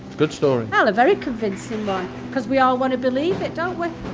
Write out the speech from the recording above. good story. well, a very convincing one because we all want to believe it, don't we?